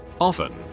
Often